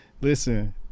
listen